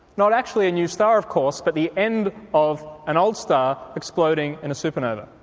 not actually a new star of course but the end of an old star exploding in a supernova.